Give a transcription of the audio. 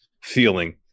feeling